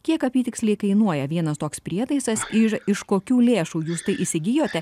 kiek apytiksliai kainuoja vienas toks prietaisas ir iš kokių lėšų jūs įsigijote